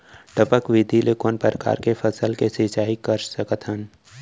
टपक विधि ले कोन परकार के फसल के सिंचाई कर सकत हन?